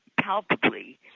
palpably